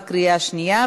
התקבלה בקריאה שנייה,